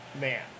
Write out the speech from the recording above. man